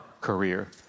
career